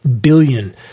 billion